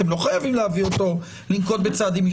אתם לא חייבים להביא אותו ולנקוט בצעדים,